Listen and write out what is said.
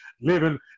living